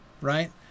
Right